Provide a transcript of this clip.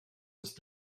ist